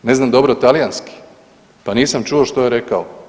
Ne znam dobro talijanski pa nisam čuo što je rekao.